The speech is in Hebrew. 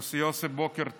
יוסף, בוקר טוב.